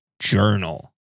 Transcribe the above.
journal